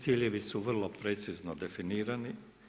Ciljevi su vrlo precizno definirani.